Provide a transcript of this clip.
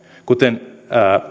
kuten